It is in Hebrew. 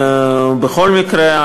בכל מקרה,